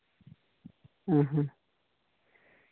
ᱦᱮᱸ ᱦᱮᱸ